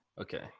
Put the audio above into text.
Okay